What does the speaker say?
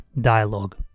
dialogue